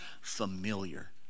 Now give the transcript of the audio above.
familiar